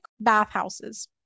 Bathhouses